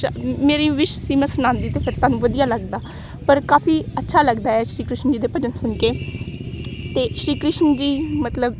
ਸ਼ਾ ਮੇਰੀ ਵਿਸ਼ ਸੀ ਮੈਂ ਸੁਣਾਉਂਦੀ ਅਤੇ ਫਿਰ ਤੁਹਾਨੂੰ ਵਧੀਆ ਲੱਗਦਾ ਪਰ ਕਾਫੀ ਅੱਛਾ ਲੱਗਦਾ ਸ਼੍ਰੀ ਕ੍ਰਿਸ਼ਨ ਜੀ ਦੇ ਭਜਨ ਸੁਣ ਕੇ ਅਤੇ ਸ਼੍ਰੀ ਕ੍ਰਿਸ਼ਨ ਜੀ ਮਤਲਬ